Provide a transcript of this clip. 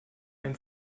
ein